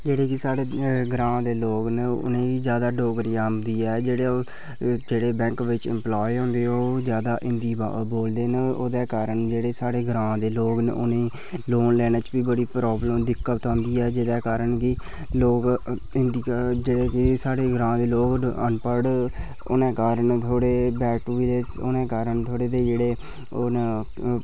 जेह्ड़े बी साढ़े ग्रांऽ दे लोग न उ'नें ई बी जादै डोगरी औंदी ऐ जेह्ड़े बैंक बिच इम्पलाय होंदे ओह् जैदा हिंदी बोलदे न ओह्दे कारण जेह्ड़े साढ़े ग्रांऽ दे लोग न उ'नें गी लोन लैने च बी बड़ी प्राब्लम होंदी दिक्कत आंदी ऐ जेह्दे कारण की लोग हिंदी जेह्ड़े कि साढ़े ग्रांऽ दे लोग न अनपढ़ उ'नें कारण जेह्ड़े बैक टू विलेज़ होने दे कारण थोह्ड़े जेह् ओह् न